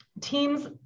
teams